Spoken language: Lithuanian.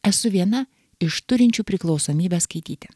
esu viena iš turinčių priklausomybę skaityti